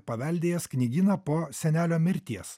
paveldėjęs knygyną po senelio mirties